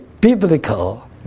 biblical